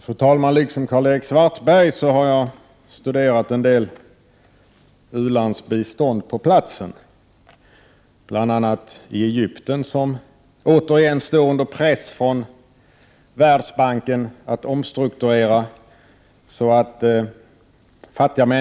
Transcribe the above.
Fru talman! Liksom Karl-Erik Svartberg har jag studerat en del ulandsbistånd på platsen, bl.a. i Egypten, som återigen står under press från Världsbanken att omstrukturera.